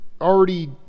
already